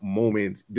moments